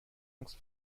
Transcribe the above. angst